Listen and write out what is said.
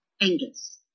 Angus